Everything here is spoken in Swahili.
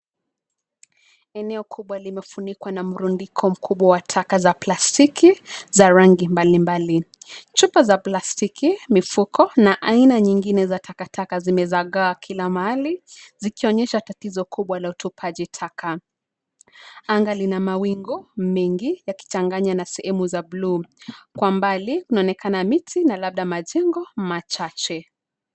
Eneo kubwa limefunikwa na mrundiko mkubwa wa taka za plastiki za rangi mbalimbali .Chupa za plastiki, mifuko na aina nyingine za takataka zimezagaa kila mahali zikionyesha tatizo kubwa la utupaji taka. Anga lina mawingu mengi yakichanya na sehemu za globu. Kwa mbali kunaonekana miti na labda majengo machache.